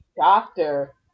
doctor